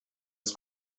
das